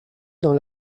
dans